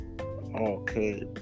Okay